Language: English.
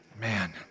man